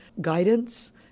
guidance